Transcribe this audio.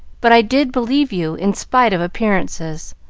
but i did believe you in spite of appearances,